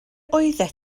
oeddet